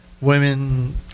Women